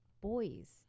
boys